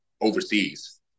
overseas